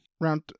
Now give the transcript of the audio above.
Round